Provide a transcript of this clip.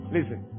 Listen